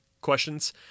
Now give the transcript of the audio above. questions